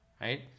right